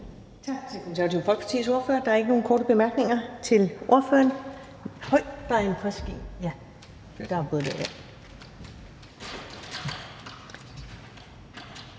Tak til Det Konservative Folkepartis ordfører. Der er ikke nogen korte bemærkninger til ordføreren.